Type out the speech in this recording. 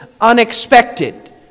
unexpected